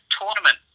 Tournament